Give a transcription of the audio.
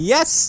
Yes